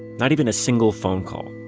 not even a single phone call.